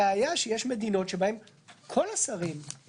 זאת הייתה השאלה למי שלא הספיק לעבור על דף המידע של הוועדה.